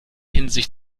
hinsicht